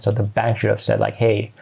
so the bank should have said like, hey,